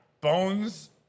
Bones